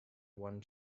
one